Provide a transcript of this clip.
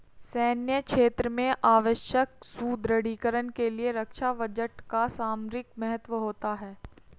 सैन्य क्षेत्र में आवश्यक सुदृढ़ीकरण के लिए रक्षा बजट का सामरिक महत्व होता है